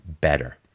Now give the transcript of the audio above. better